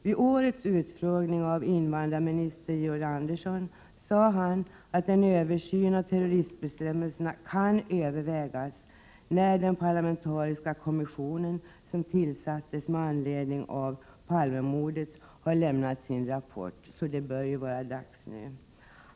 Vid årets utfrågning av invandrarminister Georg Andersson sade han att en översyn av terroristbestämmelserna kan övervägas när den parlamentaris — Utlänningsärenden ka kommission som tillsattes med anledning av Palmemordet har lämnat sin rapport. Den bör alltså snart komma till stånd.